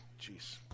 Jeez